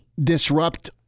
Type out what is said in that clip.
disrupt